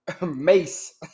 Mace